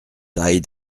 taille